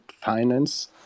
finance